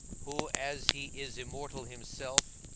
who, as he is immortal himself,